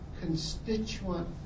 constituent